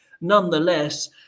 nonetheless